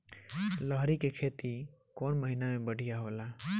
लहरी के खेती कौन महीना में बढ़िया होला?